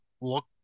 look